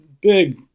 big